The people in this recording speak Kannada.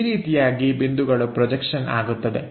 ಈ ರೀತಿಯಾಗಿ ಬಿಂದುಗಳ ಪ್ರೊಜೆಕ್ಷನ್ ಆಗುತ್ತದೆ